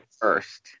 first